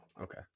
Okay